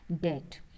debt